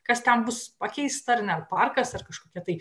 kas ten bus pakeista ar net parkas ar kažkokia tai